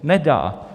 Nedá.